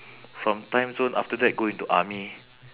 from timezone after that go into army